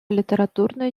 літературної